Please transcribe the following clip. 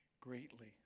greatly